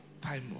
Time